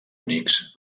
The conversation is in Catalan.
unix